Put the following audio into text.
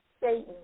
Satan